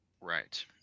Right